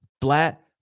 Flat